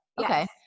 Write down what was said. okay